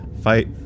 fight